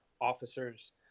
officers